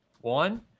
one